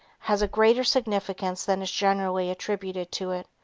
has a greater significance than is generally attributed to it,